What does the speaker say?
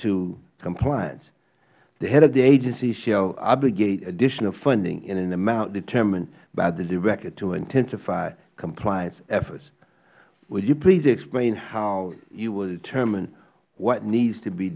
to compliance the head of the agency shall obligate additional funding in an amount determined by the director to intensify compliance efforts would you please explain how you would determine what needs to be